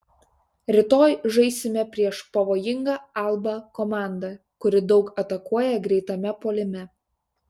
rytoj žaisime prieš pavojingą alba komandą kuri daug atakuoja greitame puolime